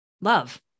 love